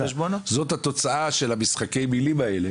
זאת התוצאה של משחקי המילים האלה.